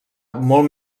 molt